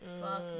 fuck